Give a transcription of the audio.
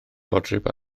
fodryb